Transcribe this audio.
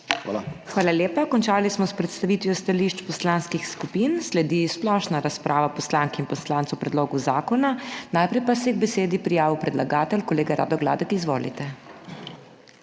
HOT:** Hvala lepa. Končali smo s predstavitvijo stališč poslanskih skupin. Sledi splošna razprava poslank in poslancev o predlogu zakona. Najprej pa se je k besedi prijavil predlagatelj, kolega Rado Gladek. Izvolite.